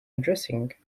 addressing